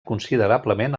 considerablement